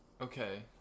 okay